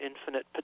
infinite